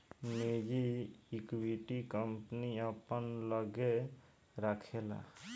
निजी equity, company अपना लग्गे राखेला